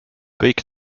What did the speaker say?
kõik